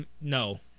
no